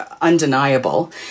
undeniable